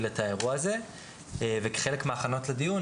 את האירוע הזה וכחלק מההכנות לדיון,